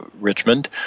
Richmond